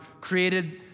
created